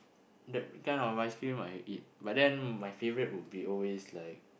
that kind of ice-cream I eat but then my favourite will be always like